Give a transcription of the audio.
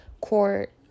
court